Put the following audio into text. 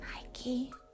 Nike